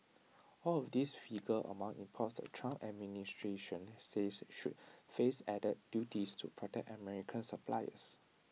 all of these figure among imports the Trump administration says should face added duties to protect American suppliers